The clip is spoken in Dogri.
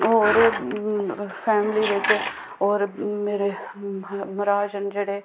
होर फैमिली बिच्च होर मेरे मरहाज न जेह्ड़े